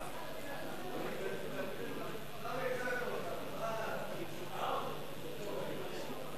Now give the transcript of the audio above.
להעביר את הנושא לוועדת הכספים נתקבלה.